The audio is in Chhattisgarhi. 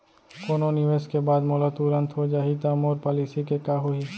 कोनो निवेश के बाद मोला तुरंत हो जाही ता मोर पॉलिसी के का होही?